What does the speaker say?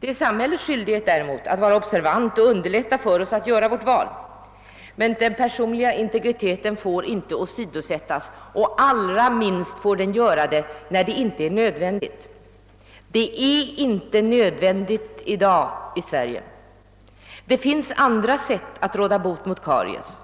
Det är samhällets skyldighet däremot att vara observant och underlätta för oss att göra vårt val. Den personliga integriteten får inte åsidosättas, allra minst när det inte är nödvändigt. Och det är inte nödvändigt i dag här i Sverige. Det finns andra sätt att råda bot mot karies.